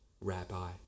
rabbi